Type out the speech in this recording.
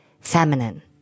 feminine